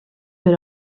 per